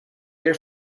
air